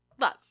Love